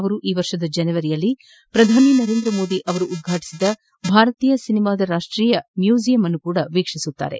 ಅವರು ಈ ವರ್ಷದ ಜನವರಿಯಲ್ಲಿ ಪ್ರಧಾನಿ ನರೇಂದ್ರ ಮೋದಿ ಉದ್ಘಾಟಿಸಿದ ಭಾರತೀಯ ಸಿನಿಮಾದ ರಾಷ್ತೀಯ ಮ್ಯೂಸಿಯಂಅನ್ನು ವೀಕ್ಷಿಸಲಿದ್ದಾರೆ